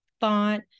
thought